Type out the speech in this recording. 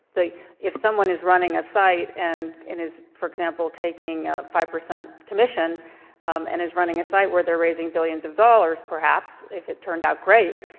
if someone is running a site and and is, for example, taking five percent commission and is running a site where they're raising billions of dollars, perhaps, if it turned out great,